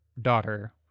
daughter